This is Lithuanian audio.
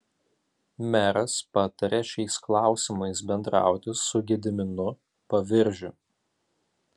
meras patarė šiais klausimais bendrauti su gediminu paviržiu